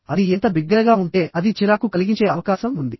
అది ఎంత బిగ్గరగా ఉంటే అది చిరాకు కలిగించే అవకాశం ఉంది